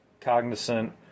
cognizant